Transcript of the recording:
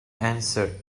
answered